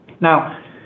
now